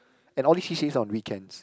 and all this C_C_A is on weekends